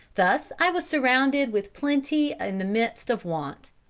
thus i was surrounded with plenty in the midst of want.